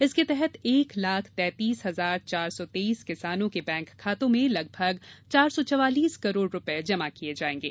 इसके तहत एक लाख तैतीस हजार चार सौर तेईस किसानों के बैंक खातों में लगभग चार सौ चवालीस करोड़ रुपये जमा किये जायेंगे